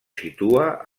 situa